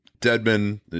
deadman